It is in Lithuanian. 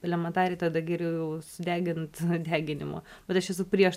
elementariai tada geriau jau sudegint deginimo bet aš esu prieš